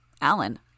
Alan